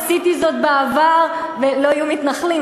עשיתי זאת בעבר, לא יהיו מתנחלים.